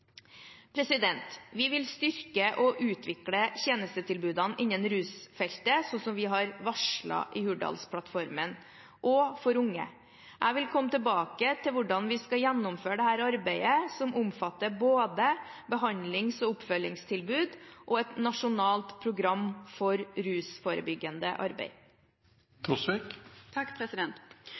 Vi vil styrke og utvikle tjenestetilbudene innen rusfeltet, slik som vi har varslet i Hurdalsplattformen, også for unge. Jeg vil komme tilbake til hvordan vi skal gjennomføre dette arbeidet, som omfatter både behandlings- og oppfølgingstilbud og et nasjonalt program for rusforebyggende arbeid.